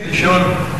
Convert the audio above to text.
ברשות היושב-ראש,